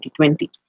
2020